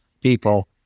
people